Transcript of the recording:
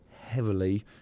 heavily